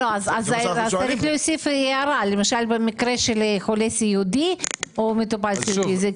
מי בעד קבלת ההסתייגות?